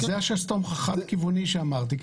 זה השסתום החד-כיווני שאמרתי.